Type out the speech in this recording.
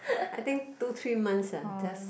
I think two three months uh just